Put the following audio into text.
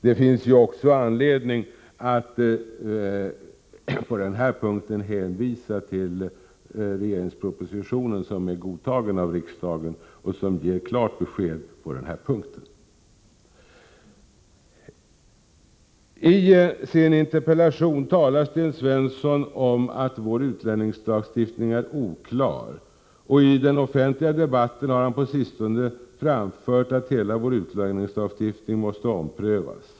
Det finns anledning att även på den här punkten hänvisa till regeringens proposition som är godtagen av riksdagen och som ger klart besked i detta avseende. I sin interpellation talar Sten Svensson om att vår utlänningslagstiftning är oklar, och i den offentliga debatten har han på sistone framfört att hela vår utlänningslagstiftning måste omprövas.